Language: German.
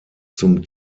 zum